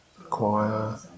acquire